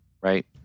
right